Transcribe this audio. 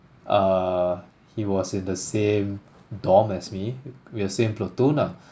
uh he was in the same dorm as me we're same platoon ah